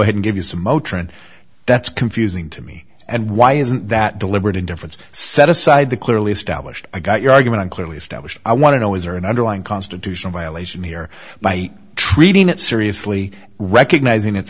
ahead and give you some motoring that's confusing to me and why isn't that deliberate indifference set aside the clearly established i got your argument clearly established i want to know is there an underlying constitutional violation here by treating it seriously recognising it's